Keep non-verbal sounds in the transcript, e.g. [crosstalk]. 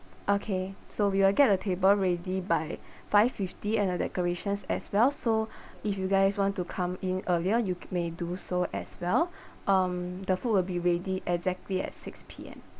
okay so we will get the table ready by [breath] five fifty and the decorations as well so [breath] if you guys want to come in earlier you c~ may do so as well [breath] um the food will be ready exactly at six P_M